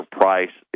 price